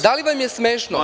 Da li vam je smešno?